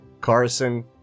Carson